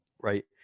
right